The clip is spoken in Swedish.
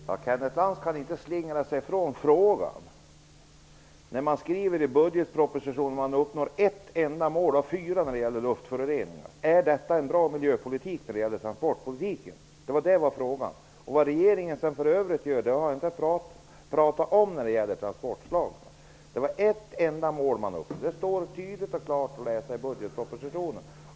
Herr talman! Kenneth Lantz kan inte slingra sig ifrån frågan. Regeringen skriver i budgetpropositionen att ett enda mål av fyra uppnås beträffande luftföroreningar. Är detta en bra miljöpolitik för transportsektorn? Det var frågan. Vad regeringen gör för övrigt när det gäller transportslagen har jag inte talat om. Det är ett enda mål som uppnås. Det står tydligt och klart att läsa i budgetpropositionen.